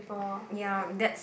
ya that's